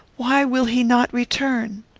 why will he not return?